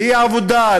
לאי-עבודה,